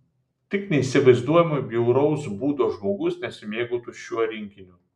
tik neįsivaizduojamai bjauraus būdo žmogus nesimėgautų šiuo rinkiniu